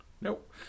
Nope